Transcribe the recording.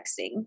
texting